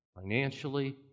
Financially